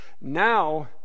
Now